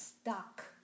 Stuck